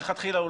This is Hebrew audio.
מלכתחילה.